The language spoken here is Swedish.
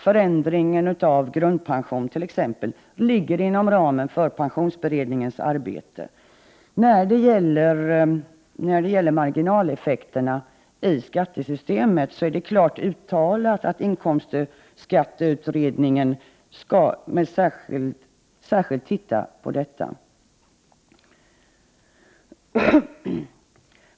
Förändringen av grundpensionen t.ex. ligger inom ramen för pensionsberedningens arbete. Marginaleffekterna i skattesystemet är det klart uttalat att inkomstskatteutredningen särskilt skall titta på.